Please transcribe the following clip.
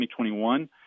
2021